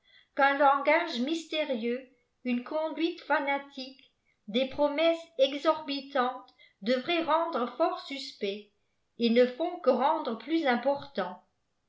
qùin langage mystériwx une çopduite fanatique des promesses exorbitantes devçaiqpt rendre fort suspects et ne font que rendre plus importants